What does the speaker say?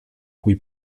cui